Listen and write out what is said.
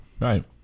right